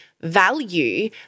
value